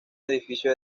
edificio